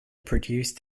produced